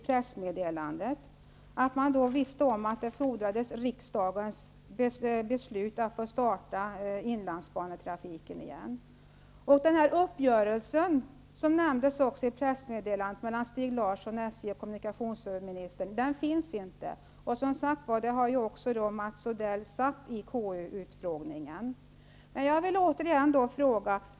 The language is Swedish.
Det framkom att man visste att riksdagens beslut fordrades för att få starta trafiken på inlandsbanan igen. Den uppgörelse som nämndes i pressmeddelandet mellan Stig Larsson, SJ, och kommunikationsministern finns inte. Det har också Mats Odell sagt vid utfrågningen i KU.